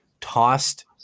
tossed